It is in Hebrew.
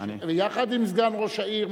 יחד עם סגן ראש העיר,